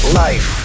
life